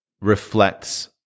reflects